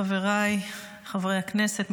חבריי חברי הכנסת,